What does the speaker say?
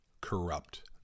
corrupt